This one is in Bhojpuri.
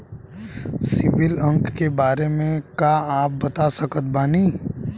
सिबिल अंक के बारे मे का आप बता सकत बानी?